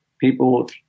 People